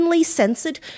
censored